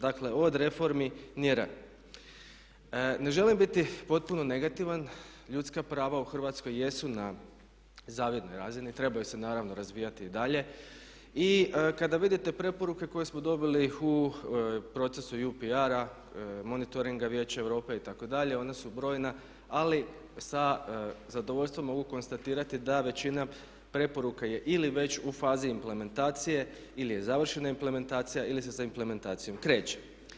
Dakle od reformi ni r. Ne želim biti potpuno negativ, ljudska prava u Hrvatskoj jesu na zavidnoj razini, trebaju se naravno razvijati i dalje i kada vidite preporuke koje smo dobili u procesu …, monitoringa Vijeća Europe itd. ona su brojna ali sa zadovoljstvom mogu konstatirati da većina preporuka je ili već u fazi implementacije ili je završena implementacija ili se sa implementacijom kreće.